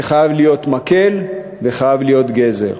שחייב להיות מקל וחייב להיות גזר.